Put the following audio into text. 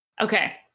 Okay